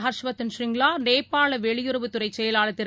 ஹர்ஷ்வர்தன் ஸ்ரிங்லா நேபாள வெளியுறவுத்துறை செயலாளர் திரு